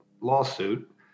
lawsuit